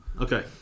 Okay